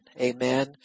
Amen